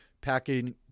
packing